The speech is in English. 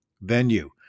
venue